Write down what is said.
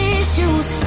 issues